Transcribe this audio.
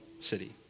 city